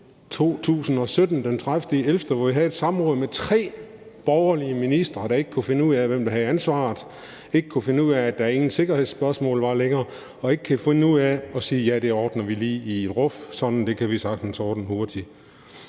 2017, den 30. november, hvor vi havde et samråd med tre borgerlige ministre, der ikke kunne finde ud af, hvem der havde ansvaret; ikke kunne finde ud af, at der ingen sikkerhedsspørgsmål var længere; og ikke kunne finde ud af at sige, at ja, det ordner vi lige i en ruf, for det kan vi sagtens ordne hurtigt.